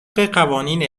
قوانین